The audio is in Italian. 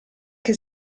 che